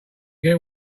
get